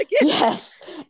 Yes